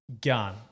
Gun